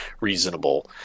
reasonable